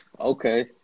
Okay